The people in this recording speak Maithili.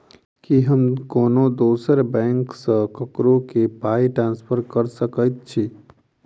की हम कोनो दोसर बैंक सँ ककरो केँ पाई ट्रांसफर कर सकइत छि?